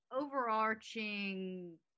overarching